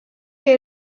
que